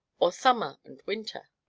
or summer and winter?